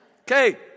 Okay